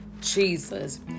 Jesus